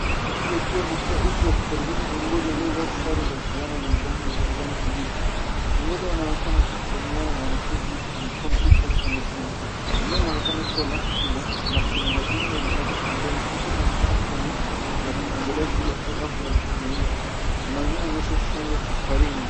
Wanafunzi wakiwa na furaha huku wakikaribisha viongozi waliovaa sare za usalama zenye rangi ya kijani kibichi. Viongozi wanaonekana wakisalimiana na wanafunzi kwa mikono huku wakitabasamu. Eneo linaonekana kuwa la shule na kuna majengo ya mabati pembeni. Tukio linaonekana kuwa ni la kutembelea shule au afya ya kijamii. Mazingira yanaonyesha shangwe ukarimu.